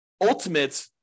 ultimate